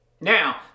Now